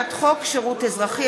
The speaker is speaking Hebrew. הצעת חוק שירות אזרחי,